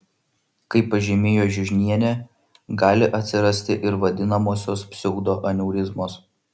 kaip pažymėjo žiužnienė gali atsirasti ir vadinamosios pseudoaneurizmos